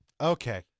Okay